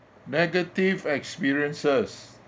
negative experiences